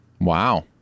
wow